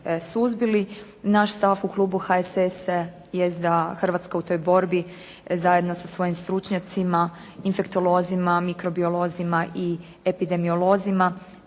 Naš stav u klubu HSS-a jest da Hrvatska u toj borbi zajedno sa svojim stručnjacima, infektolozima, mikrobiolozima i epidemiolozima